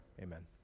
amen